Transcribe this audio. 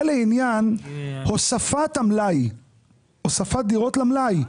זה לעניין הוספת דירות למלאי.